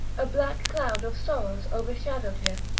a black cloud of sorrows overshadowed him,